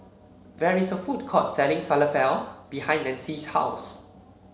there is a food court selling Falafel behind Nancie's house